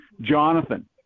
Jonathan